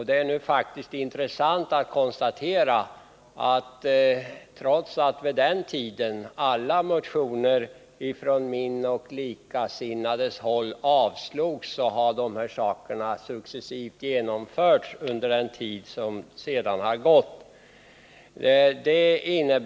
Det är nu intressant att konstatera att trots att alla motioner från mitt och likasinnades håll då avslogs har förslagen successivt genomförts under den tid som gått sedan dess.